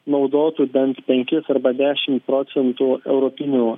naudotų bent penkis arba dešim procentų europinių